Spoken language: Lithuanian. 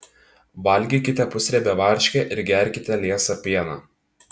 valgykite pusriebę varškę ir gerkite liesą pieną